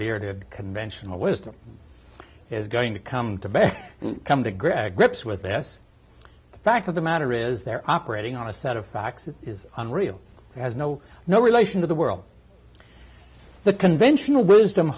bearded conventional wisdom is going to come to bed come to gregg grips with this fact of the matter is they're operating on a set of facts that is unreal has no no relation to the world the conventional wisdom